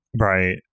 right